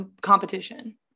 competition